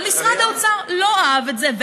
אבל משרד האוצר לא אהב את זה,